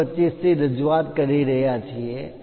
25 ની રજુઆત કરી રહ્યા છીએ